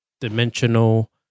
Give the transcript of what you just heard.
dimensional